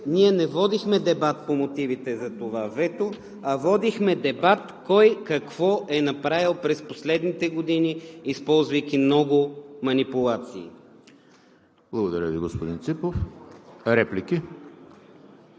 ние не водихме дебат по мотивите за това вето, а водихме дебат кой какво е направил през последните години, използвайки много манипулации. (Единични ръкопляскания